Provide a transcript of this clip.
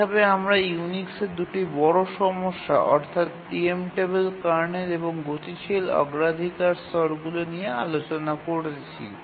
এইভাবে আমরা ইউনিক্সের দুটি বড় সমস্যা অর্থাৎ প্রি এম্পটেবল কার্নেল এবং গতিশীল অগ্রাধিকার স্তরগুলি নিয়ে আলোচনা করেছি